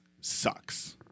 sucks